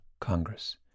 Congress